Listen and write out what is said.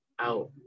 out